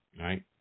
right